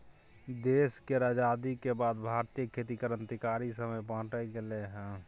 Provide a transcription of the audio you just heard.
देश केर आजादी के बाद भारतीय खेती क्रांतिकारी समय बाटे गेलइ हँ